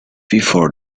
before